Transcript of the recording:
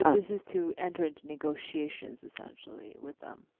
um this is to enter into negotiations essentially with them.